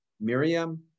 Miriam